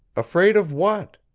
afraid of what?